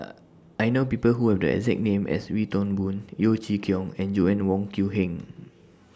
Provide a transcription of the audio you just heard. I know People Who Have The exact name as Wee Toon Boon Yeo Chee Kiong and Joanna Wong Quee Heng